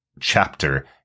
chapter